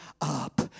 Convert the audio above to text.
up